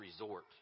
resort